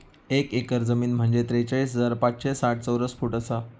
एक एकर जमीन म्हंजे त्रेचाळीस हजार पाचशे साठ चौरस फूट आसा